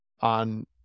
on